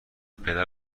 پدر